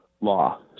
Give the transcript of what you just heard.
law